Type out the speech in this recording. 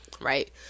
Right